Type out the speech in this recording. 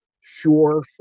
Sure